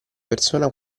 persona